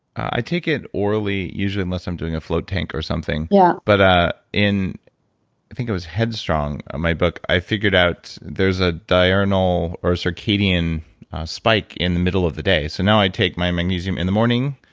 i take it orally usually unless i'm doing a float tank or something. yeah but in i think it was headstrong, my book, i figured out there's a diurnal or circadian spike in the middle of the day. so now i take my magnesium in the morning.